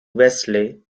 wesley